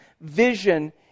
vision